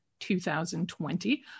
2020